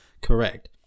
correct